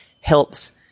helps